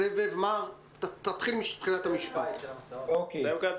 תתחיל שוב את המשפט.